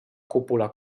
cúpula